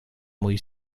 mój